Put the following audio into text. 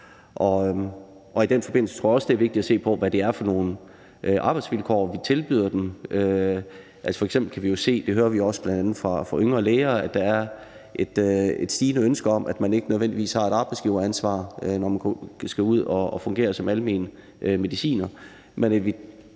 I den forbindelse tror jeg også, det er vigtigt at se på, hvad det er for nogle arbejdsvilkår, vi tilbyder dem. Vi kan f.eks. se – det hører vi bl.a. også fra Yngre Læger – at der er et stigende ønske om, at der ikke nødvendigvis er et arbejdsgiveransvar, når man skal ud og fungere som almen mediciner.